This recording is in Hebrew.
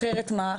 אחרת מה?